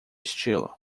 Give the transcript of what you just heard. estilo